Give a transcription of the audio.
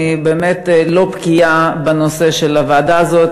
אני באמת לא בקיאה בנושא של הוועדה הזאת.